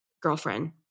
girlfriend